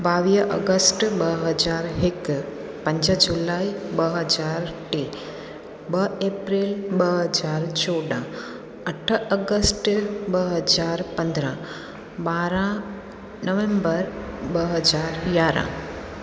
ॿावीह अगस्ट ॿ हज़ार हिकु पंज जुलाई ॿ हज़ार टे ॿ एप्रैल ॿ हज़ार चोॾहं अठ अगस्ट ॿ हज़ार पंद्रहं ॿारहं नवंबर ॿ हज़ार यारहं